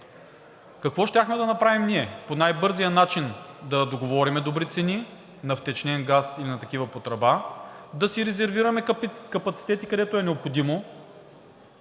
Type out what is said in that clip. Какво щяхме да направим ние? По най-бързия начин да договорим добри цени на втечнен газ и на такъв по тръба, да си резервираме капацитети, където е необходимо,